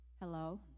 hello